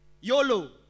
Yolo